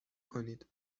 کنید